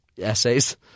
essays